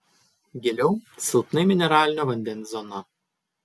giliau silpnai mineralinio vandens zona